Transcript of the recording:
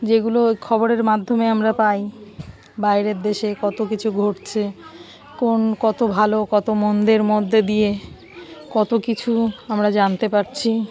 যেগুলো ওই খবরের মাধ্যমে আমরা পাই বাইরের দেশে কত কিছু ঘটছে কোন কতো ভালো কত মন্দের মধ্যে দিয়ে কত কিছু আমরা জানতে পারছি